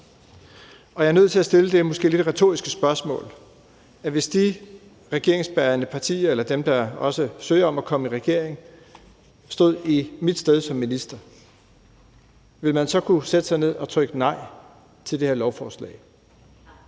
Jeg er nødt til at stille det måske lidt retoriske spørgsmål: Hvis de partier, der søger at komme i regering, stod i mit sted som minister, ville man så kunne sætte sig ned og trykke nej til det her lovforslag?